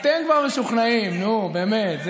אתם כבר משוכנעים, נו, באמת.